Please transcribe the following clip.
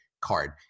card